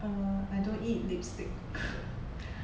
uh I don't eat lipstick